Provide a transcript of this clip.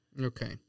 Okay